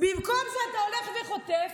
במקום זה אתה הולך וחוטף,